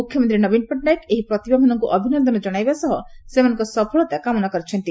ମୁଖ୍ୟମନ୍ତୀ ନବୀନ ପଟ୍ଟନାୟକ ଏହି ପ୍ରତିଭା ମାନଙ୍କୁ ଅଭିନନ୍ଦନ ଜଣାଇବା ସହ ସେମାନଙ୍କ ସଫଳତା କାମନା କରିଛନ୍ତି